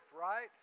right